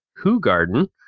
hoogarden